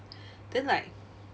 then like